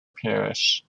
parish